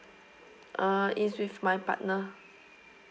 uh is with my partner